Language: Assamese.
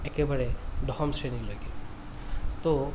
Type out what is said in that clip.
একেবাৰে দশম শ্ৰেণীলৈকে তৌ